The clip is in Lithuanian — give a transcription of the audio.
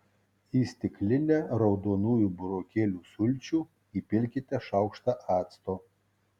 į stiklinę raudonųjų burokėlių sulčių įpilkite šaukštą acto